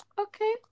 okay